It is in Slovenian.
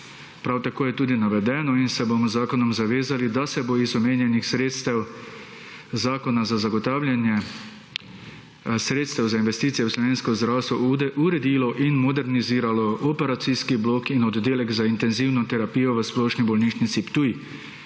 Prav tako je tudi navedeno in se bomo z zakonom zavezali, da se bo iz omenjenih sredstev zakona za zagotavljanje sredstev za investicije v slovensko zdravstvo uredilo in moderniziralo operacijski blok in oddelek za intenzivno terapijo v Splošni bolnišnici Ptuj